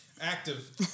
active